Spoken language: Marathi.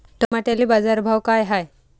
टमाट्याले बाजारभाव काय हाय?